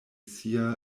sia